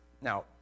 Now